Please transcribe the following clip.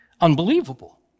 unbelievable